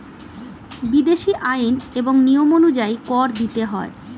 বিদেশী আইন এবং নিয়ম অনুযায়ী কর দিতে হয়